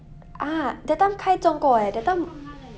ah that time kai 中过 leh that time